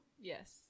Yes